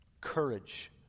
courage